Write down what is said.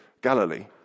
Galilee